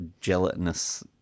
gelatinous